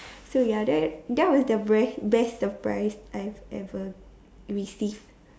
so ya then that was the breast best surprise I've ever received